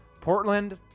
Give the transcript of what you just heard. Portland